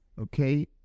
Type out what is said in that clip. Okay